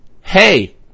hey